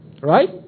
Right